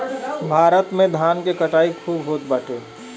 भारत में धान के कटाई खूब होत बाटे